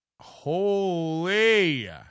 Holy